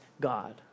God